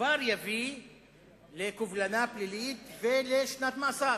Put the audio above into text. הדבר יביא לקובלנה פלילית ולשנת מאסר.